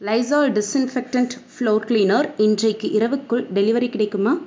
Lysol disinfectant floor cleaner இன்றைக்கு இரவுக்குள் delivery கிடைக்குமா